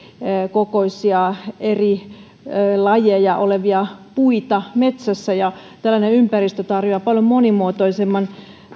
kokoisia eri lajeja olevia puita metsässä ja tällainen ympäristö tarjoaa paljon monimuotoisemman